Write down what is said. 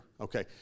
okay